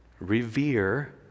revere